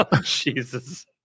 Jesus